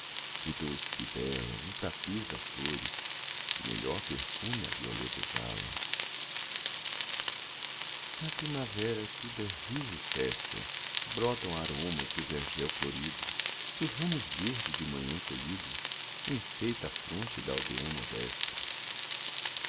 e bela no tapiz das flores melhor perfume a violeta exala na primavera tudo é riso e festa brotam aromas do vergel florido e o ramo verde de manhã colhido enfeita a fronte da aldeã modesta